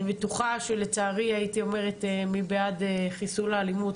אני בטוחה שלצערי הייתי אומרת מי בעד חיסול האלימות,